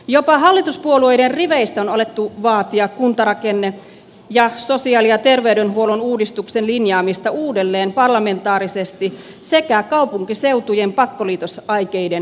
jopa hallituspuolueiden riveistä on alettu vaatia kuntarakenne ja sosiaali ja terveydenhuollon uudistuksen linjaamista uudelleen parlamentaarisesti sekä kaupunkiseutujen pakkoliitos vaikeiden